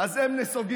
אז הם נסוגים.